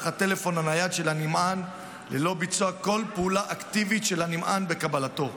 הטלפון הנייד של הנמען ללא ביצוע כל פעולה אקטיבית של הנמען בקבלתו.